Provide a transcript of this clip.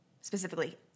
specifically